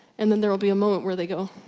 and then there will be a moment where they go,